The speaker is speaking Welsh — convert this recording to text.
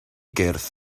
gyrff